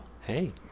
hey